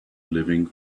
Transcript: living